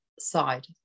side